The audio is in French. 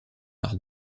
par